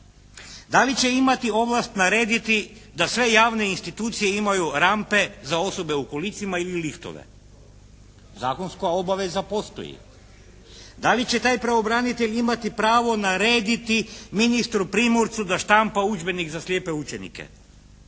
Da li će imati ovlast narediti da sve javne institucije imaju rampe za osobe u kolicima ili liftove. Zakonska obaveza postoji. Da li će taj pravobranitelj imati pravo narediti ministru Primorcu da štampa udžbenik za slijepe učenike.